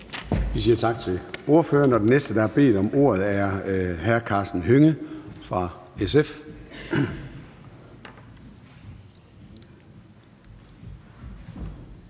Vi siger tak til ordføreren. Den næste, der har bedt om ordet, er hr. Karsten Hønge fra SF.